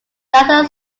neither